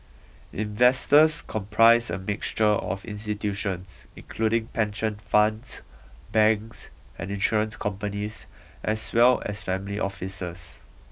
investors comprise a mixture of institutions including pension funds banks and insurance companies as well as family offices